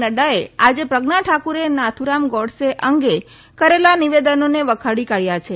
નફાએ આજે પ્રજ્ઞા ઠાકુરે નથુરામ ગોડસે અંગે કરેલા નિવેદનોને વખોડી કાઢ્યા છે